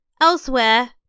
Elsewhere